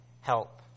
help